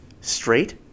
straight